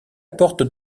porte